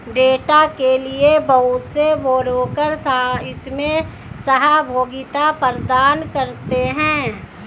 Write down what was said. data के लिये बहुत से ब्रोकर इसमें सहभागिता प्रदान करते हैं